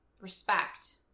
respect